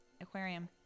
aquarium